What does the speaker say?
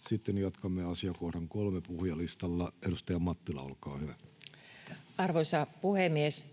Sitten jatkamme asiakohdan 3 puhujalistalla. — Edustaja Mattila, olkaa hyvä. Arvoisa puhemies!